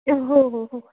हो हो हो